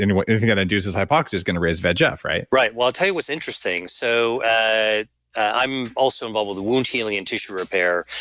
and anything that induces hypoxia is going to raise vegf, right? right. i'll tell you what's interesting. so ah i'm also involved with wound healing and tissue repair,